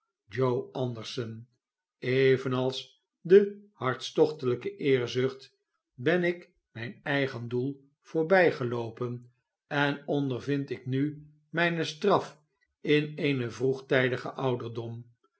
andersson evenals de hartstochtelijke eerzucht ben ik mijn eigen doel voorbijgeloopen en ondervind nu mijne straf in een vroegtijdigen ouderdom